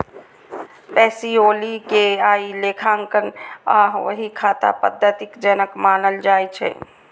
Pacioli कें आइ लेखांकन आ बही खाता पद्धतिक जनक मानल जाइ छै